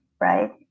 right